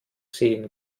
sehen